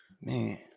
Man